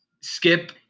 Skip